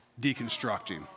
deconstructing